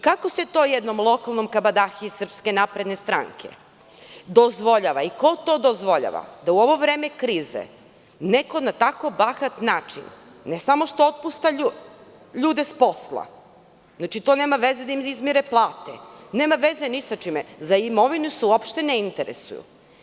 Kako se to jednom lokalnom kabadahiji Srpske napredne stranke dozvoljava i ko to dozvoljava da u ovo vreme krize neko na tako bahat način, ne samo što otpušta ljude s posla, znači to nema veze da im izmire plate, nema veze ni sa čime, za imovinu se uopšte ne interesuju.